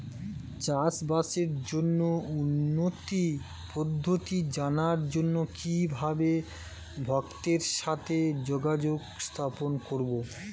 চাষবাসের জন্য উন্নতি পদ্ধতি জানার জন্য কিভাবে ভক্তের সাথে যোগাযোগ স্থাপন করব?